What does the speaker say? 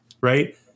right